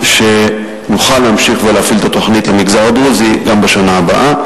כדי שנוכל להמשיך להפעיל את התוכנית למגזר הדרוזי גם בשנה הבאה.